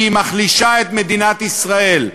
כי היא מחלישה את מדינת ישראל.